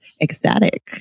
ecstatic